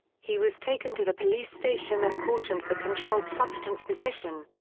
he was taken to the police station and cautioned for controlled substance possession.